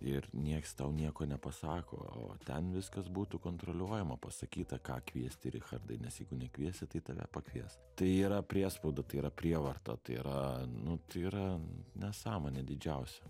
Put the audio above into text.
ir nieks tau nieko nepasako o ten viskas būtų kontroliuojama pasakyta ką kviesti richardai nes jeigu nekviesi tai tave pakvies tai yra priespauda tai yra prievarta tai yra nu tai yra nesąmonė didžiausia